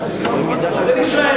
אז אני שואל,